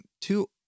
two